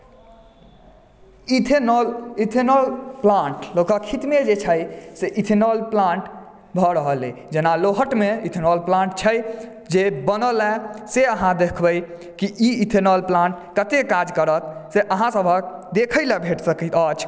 ethanol plant लोकक हितमे जे छै खेतमे जे भऽ रहल छै जेना लोहटमे इथेनॉल प्लान्ट छै जे बनल हँ से अहाँ देखबै कि ई इथेनॉल प्लान्ट कते काज करत से अहाँ सभक देखैला भेट सकैत अछि